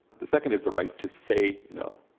the second is the right to say no.